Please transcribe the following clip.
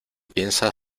piensa